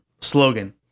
slogan